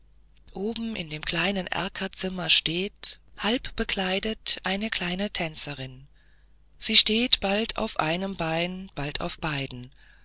oben in dem kleinen erkerzimmer steht halb bekleidet eine kleine tänzerin sie steht bald auf einem beine bald auf beiden